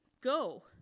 Go